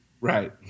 Right